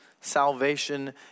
Salvation